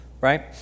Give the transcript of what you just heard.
Right